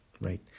right